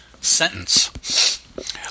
sentence